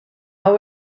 hau